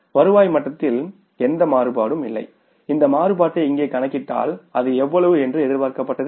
வருவாய் மட்டத்தில் எந்த மாறுபாடும் இல்லை இந்த மாறுபாட்டை இங்கே கணக்கிட்டால் அது எவ்வளவு என்று எதிர்பார்க்கப்பட்டது